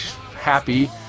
happy